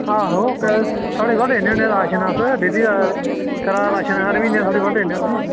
ते थुआढ़े कोला लैन्ने होने राशन डेली दा ते राशन हर म्हीने थुआढ़े कोला लैन्ने होने